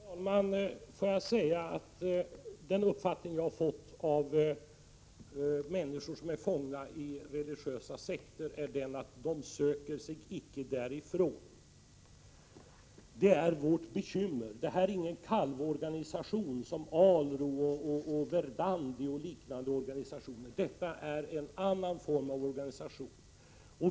Fru talman! Låt mig säga att den uppfattning jag har fått om människor som är fångna i religiösa sekter är den, att de icke söker sig därifrån. Detta är vårt bekymmer. Det här är ingen kalvorganisation som ALRO, verdandi eller liknande organisationer, utan detta är en helt annan form av organisation.